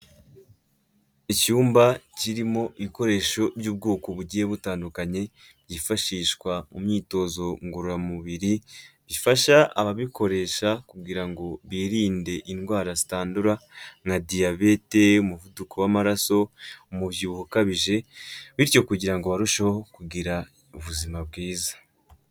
Icyumba kirimo ibikoresho by'ubwoko bugiye butandukanye byifashishwa mu myitozo ngororamubiri, bifasha ababikoresha kugira ngo birinde indwara zitandura nka diyabete, umuvuduko w'amaraso, umubyibuho ukabije, bityo kugira ngo barusheho kugira ubuzima bwiza.